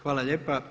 Hvala lijepa.